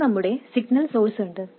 നമുക്ക് നമ്മുടെ സിഗ്നൽ സോഴ്സുണ്ട്